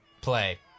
play